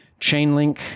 Chainlink